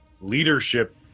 leadership